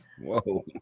Whoa